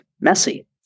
messy